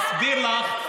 יסביר לך,